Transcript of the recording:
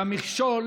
שהמכשול,